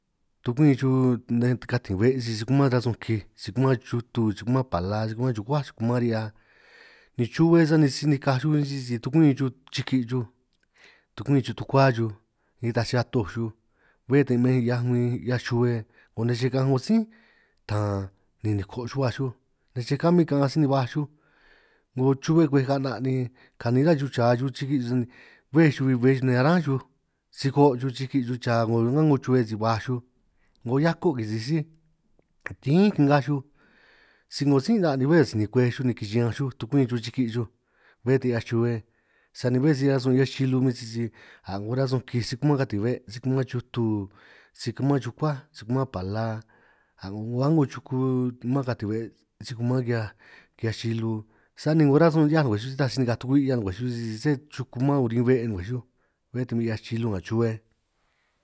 Tukwin chuj nej katin be' sisi si kuman rasun kij si kuman chutu si kuman pala si kuman chukuá, si kuman ri'hia ni chuhue sani si nikaj chuj huin si tukumin chuj chiki chuj tukumin chuj tukua chuj, nitaj si atoj chuj bé ta hin 'hiaj huin 'hiaj chuhue ngo' chej kaanj 'ngo sí tan, ni niko' chuj huaj ne' chej kamin kaanj sij ni baj chuj, 'ngo chuhue kwej ka'na' ni kanin chuhua chuj chaj chuj chiki' xuj sani bej chuj huin bej chuj ni arán chuj, si koo' chuj chiki chuj cha 'ngo ni a'ngo chuhue, si baj chuj 'ngo hiako' kisi sij tín ngaj chuj si 'ngo sí 'na' ni bé a sinin kwej chuj ni kichi'ñanj chuj, tukwin chuj chiki' chuj bé ta 'hiaj chuhue, sani bé si rasun 'hiaj chilu huin sisi a' 'ngo rasun kij si kuman katin be' si kuman chutu si kuman chukuá si kuman pala ka' 'ngo a'ngo chuku man katin be' si kuman ki'hiaj chilu, sani 'ngo rasun 'hiaj ngwej si nitaj si nikaj tukwi' 'hiaj gwej chuj, sisi sé chuku man urin be' huin ngwej xuj bé ta huin 'hiaj chilu nga chuhue.